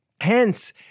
hence